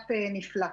שת"פ נפלא.